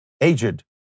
aged